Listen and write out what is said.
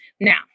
now